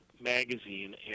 magazine